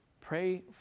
Pray